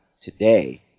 today